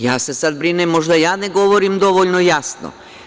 Ja se sada brinem da možda ja ne govorim dovoljno jasno.